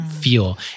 feel